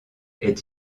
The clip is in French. est